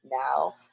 now